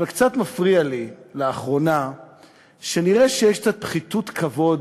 אבל קצת מפריע לי לאחרונה שנראה שיש קצת פחיתות כבוד